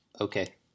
Okay